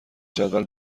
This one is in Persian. جدول